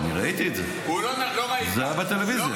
אני ראיתי את זה, זה היה בטלוויזיה.